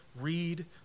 read